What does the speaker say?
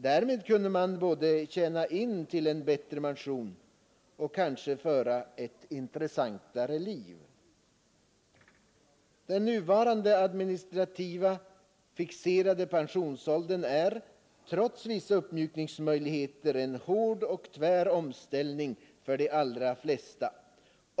Därmed kunde man både tjäna in till en bättre pension och kanske föra ett intressantare liv. Den nuvarande administrativt fixerade pensionsåldern är, trots vissa uppmjukningsmöjligheter, en hård och tvär omställning för de allra flesta.